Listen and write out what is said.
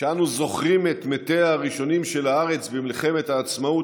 כשאנו זוכרים את מתיה הראשונים של הארץ במלחמת העצמאות,